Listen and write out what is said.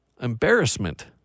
embarrassment